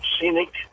Scenic